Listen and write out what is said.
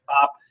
pop